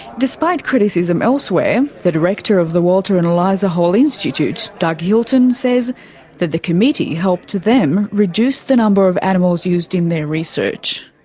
despite criticism elsewhere, the director of the walter and eliza hall institute, doug hilton, says that the committee helped them reduce the number of animals used in research.